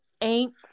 Aint